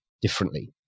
differently